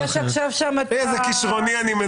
יש עכשיו שם את --- איזה כשרוני אני,